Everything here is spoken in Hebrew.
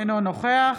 אינו נוכח